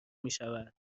میشود